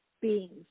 beings